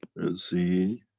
and see